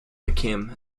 mckim